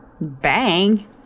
Bang